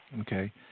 Okay